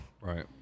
Right